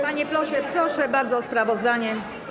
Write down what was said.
Panie pośle, proszę bardzo o sprawozdanie.